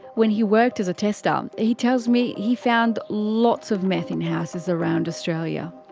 when he worked as a tester, um he tells me he found lots of meth in houses around australia.